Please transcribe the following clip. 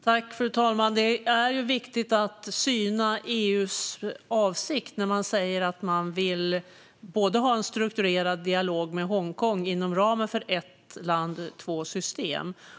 Fru talman! Det är viktigt att syna EU:s avsikt när man säger att man vill ha en strukturerad dialog med Hongkong inom ramen för principen om ett land, två system.